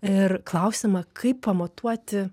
ir klausimą kaip pamatuoti